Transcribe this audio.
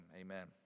amen